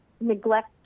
neglect